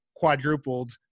quadrupled